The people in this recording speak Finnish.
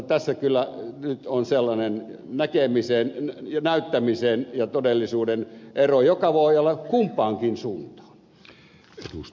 tässä kyllä nyt on sellainen näyttämisen ja todellisuuden ero joka voi olla kumpaankin suuntaan